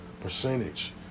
percentage